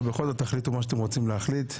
תחליטו מה שאתם רוצים להחליט.